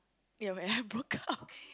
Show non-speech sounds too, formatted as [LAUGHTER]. ya when I broke up [LAUGHS]